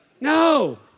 No